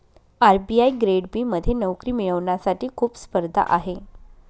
RBI grade B मध्ये नोकरी मिळवण्यासाठी खूप स्पर्धा आहे